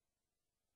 חבר הכנסת פריג', תודה.